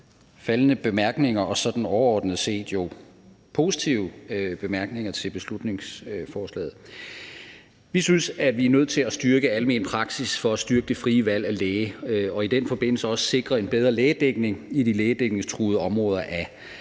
Tak for de faldne og jo overordnet set positive bemærkninger til beslutningsforslaget. Vi synes, at vi er nødt til at styrke almen praksis for at styrke det frie valg af læge og i den forbindelse også sikre en bedre lægedækning i de lægedækningstruede områder af landet.